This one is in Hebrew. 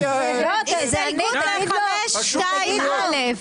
אני לא מבין בהרבה נושאים אבל בזה אני מבין.